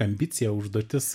ambicija užduotis